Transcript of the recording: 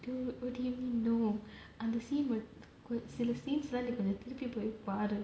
tw~ what do you mean no அந்த:antha scene சில:silla scenes லாம்:laam YouTube போய் பாரு:poi paaru